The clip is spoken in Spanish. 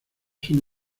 son